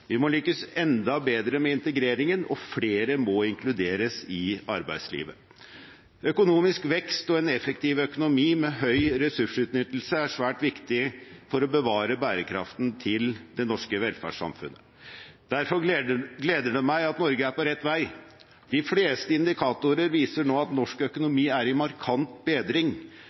Vi må lykkes enda bedre med integreringen, og flere må inkluderes i arbeidslivet. Økonomisk vekst og en effektiv økonomi med høy ressursutnyttelse er svært viktig for å bevare bærekraften til det norske velferdssamfunnet. Derfor gleder det meg at Norge er på rett vei. De fleste indikatorer viser nå at norsk økonomi er i markant bedring.